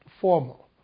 formal